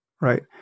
right